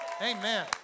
Amen